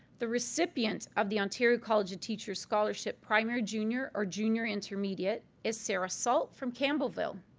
the recipient of the ontario college of teachers scholarship primary junior or junior intermediate is sarah salt from campbellville.